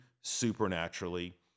supernaturally